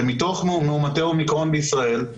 שמתוך מאומתי אומיקרון בישראל,